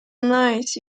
nice